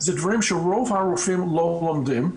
זה דברים שרוב הרופאים לא לומדים,